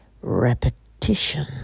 Repetition